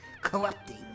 Corrupting